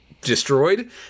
destroyed